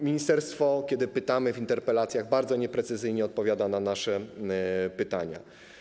Ministerstwo, kiedy pytamy w interpelacjach, bardzo nieprecyzyjnie odpowiada na nasze pytania.